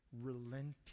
relenting